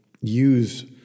use